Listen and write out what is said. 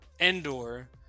Endor